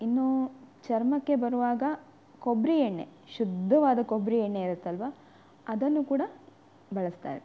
ಇನ್ನು ಚರ್ಮಕ್ಕೆ ಬರುವಾಗ ಕೊಬ್ಬರಿ ಎಣ್ಣೆ ಶುದ್ಧವಾದ ಕೊಬ್ಬರಿ ಎಣ್ಣೆ ಇರತ್ತಲ್ಲವಾ ಅದನ್ನು ಕೂಡ ಬಳಸ್ತಾರೆ